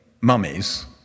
mummies